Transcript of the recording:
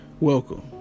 Welcome